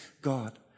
God